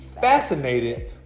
fascinated